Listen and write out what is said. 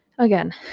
again